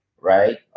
Right